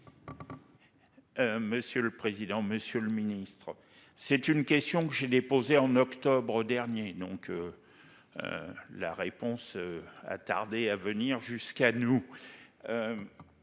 Monsieur le président, Monsieur le Ministre, c'est une question que j'ai déposée en octobre dernier donc. La réponse. A tardé à venir jusqu'à nous.